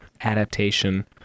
Adaptation